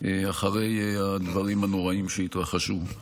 אחרי הדברים הנוראים שהתרחשו.